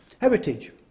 heritage